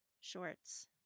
shorts